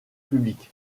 public